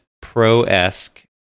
pro-esque